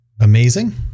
amazing